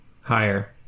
Higher